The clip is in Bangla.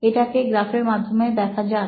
এটাকে গ্রাফের মাধ্যমে দেখা যাক